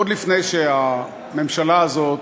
עוד לפני שהממשלה הזאת